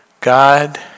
God